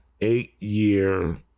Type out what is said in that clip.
eight-year